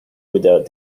without